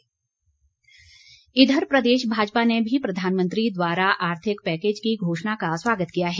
स्वागत इधर प्रदेश भाजपा ने भी प्रधानमंत्री द्वारा आर्थिक पैकेज की घोषणा का स्वागत किया है